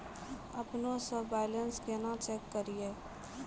अपनों से बैलेंस केना चेक करियै?